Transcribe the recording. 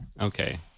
okay